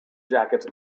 jackets